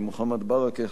מוחמד ברכה,